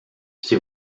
sie